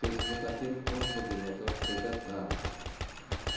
फेसबूकाचेर खोस भोगिल्ल्याचो स्टेटस घाल